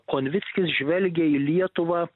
konvickis žvelgė į lietuvą